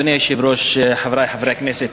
אדוני היושב-ראש, חברי חברי הכנסת,